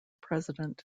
president